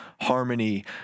harmony